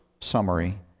summary